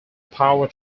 power